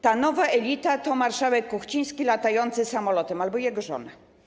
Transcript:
Ta nowa elita to marszałek Kuchciński latający samolotem albo jego żona.